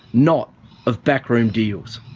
not of backroom deals.